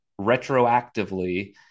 retroactively